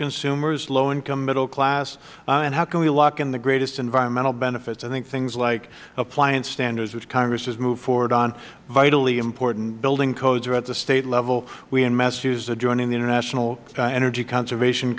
consumers low income middle class i mean how can we lock in the greatest environmental benefits i think things like appliance standards which congress has moved forward on vitally important building codes are at the state level we in massachusetts are joining the international energy conservation